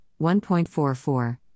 1.44